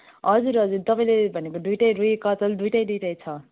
हजुर हजुर तपाईँले भनेको दुईवटै रुई कतुल दुईवटै दुईवटै छ